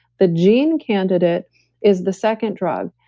the gene candidate is the second drug.